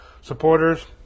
supporters